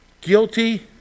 guilty